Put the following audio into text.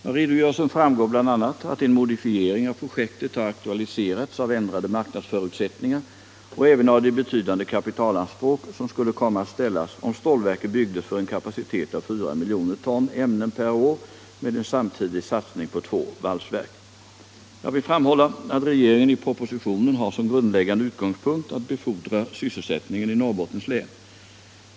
Av redogörelsen framgår bl.a. att en modifiering av projektet har aktualiserats av ändrade marknadsförutsättningar och även av de betydande kapitalanspråk som skulle komma att ställas om stålverket byggdes för en kapacitet av 4 miljoner ton ämnen per år med en samtidig satsning på två valsverk. Jag vill framhålla att regeringen i propositionen har som grundläggande utgångspunkt att befordra sysselsättningen i Norrbottens län.